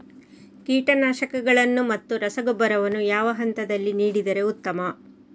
ಕೀಟನಾಶಕಗಳನ್ನು ಮತ್ತು ರಸಗೊಬ್ಬರವನ್ನು ಯಾವ ಹಂತದಲ್ಲಿ ನೀಡಿದರೆ ಉತ್ತಮ?